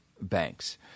banks